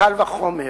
וקל וחומר